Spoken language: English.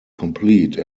complete